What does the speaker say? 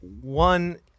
One